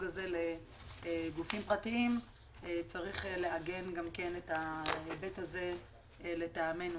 הזה לגופים פרטיים צריך לעגן גם את ההיבט הזה לטעמנו,